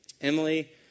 Emily